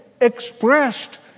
expressed